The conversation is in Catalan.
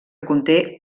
conté